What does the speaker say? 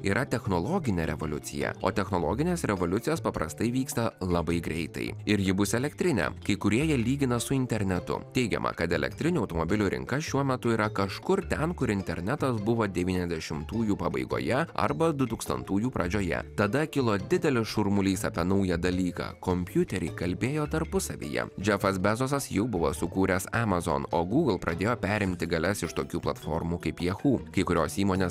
yra technologinė revoliucija o technologinės revoliucijos paprastai vyksta labai greitai ir ji bus elektrinė kai kurie ją lygina su internetu teigiama kad elektrinių automobilių rinka šiuo metu yra kažkur ten kur internetas buvo devyniasdešimtųjų pabaigoje arba du tūkstantųjų pradžioje tada kilo didelis šurmulys apie naują dalyką kompiuterį kalbėjo tarpusavyje džefas bezosas jau buvo sukūręs amazon o google pradėjo perimti galias iš tokių platformų kaip yahoo kai kurios įmonės